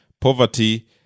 poverty